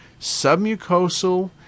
submucosal